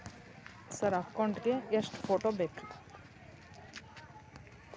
Sir account ಗೇ ಎಷ್ಟು photo ಬೇಕ್ರಿ?